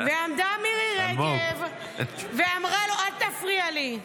ועמדה מירי רגב ואמרה לו ----- אל תפריע לי.